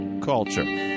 culture